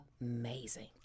amazing